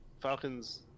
Falcons